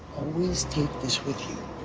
always take this with you.